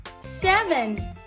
seven